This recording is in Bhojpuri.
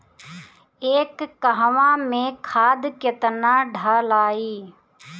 एक कहवा मे खाद केतना ढालाई?